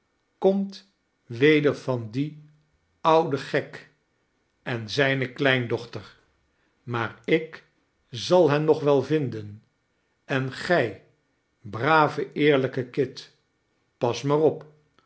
komt weder van dien ouden gek en zijne kleindochter maar ik zal hen nog wel vinden en gij brave eerlijke kit pas maar op